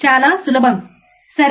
చాలా సులభం సరే